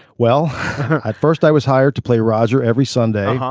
well at first i was hired to play roger every sunday.